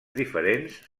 diferents